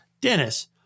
Dennis